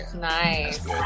nice